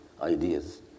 ideas